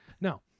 Now